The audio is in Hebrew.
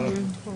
דוד, יש לך הערה.